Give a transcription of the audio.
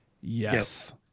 Yes